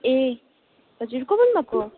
ए हजुर को बोल्नुभएको